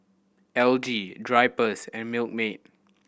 L G Drypers and Milkmaid